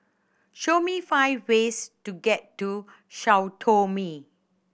show me five ways to get to Sao Tome